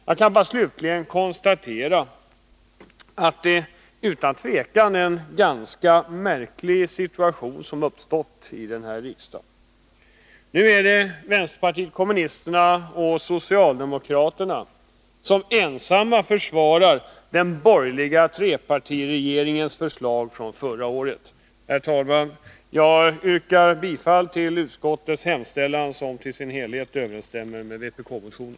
Jag vill bara avslutningsvis konstatera att det utan tvivel är en ganska märklig situation som har uppstått i riksdagen. Nu är det vänsterpartiet kommunisterna och socialdemokraterna som ensamma försvarar den borgerliga trepartiregeringens förslag från förra året. Herr talman! Jag yrkar bifall till utskottets hemställan, som i sin helhet överensstämmer med vpk-motionen.